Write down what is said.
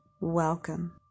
Welcome